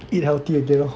eat healthy again lor